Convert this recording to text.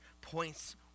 points